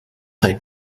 ein